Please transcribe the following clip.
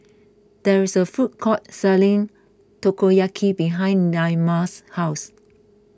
there is a food court selling Takoyaki behind Naima's house